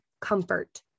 comfort